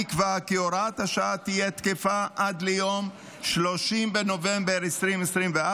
נקבע כי הוראת השעה תהיה תקפה עד ליום 30 בנובמבר 2024,